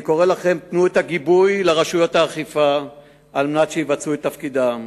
אני קורא לכם: תנו לרשויות האכיפה גיבוי כדי שיבצעו את תפקידם.